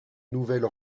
nouvelle